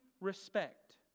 respect